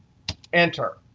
enter.